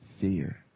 fear